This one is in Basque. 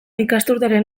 ikasturtearen